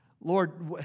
Lord